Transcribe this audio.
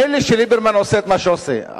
מילא שליברמן עושה את מה שהוא עושה,